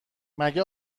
مگه